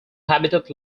habitat